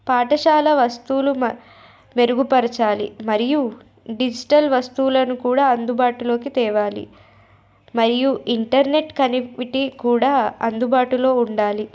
పాఠశాల వస్తువులు మ మెరుగుపరచాలి మరియు డిజిటల్ వస్తువులను కూడా అందుబాటులోకి తేవాలి మరియు ఇంటర్నెట్ కనెక్టివిటీ కూడా అందుబాటులో ఉండాలి